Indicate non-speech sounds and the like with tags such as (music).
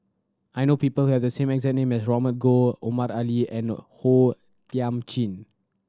I know people who have the same exact (unintelligible) Robert Goh Omar Ali and O Thiam Chin